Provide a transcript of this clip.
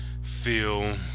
feel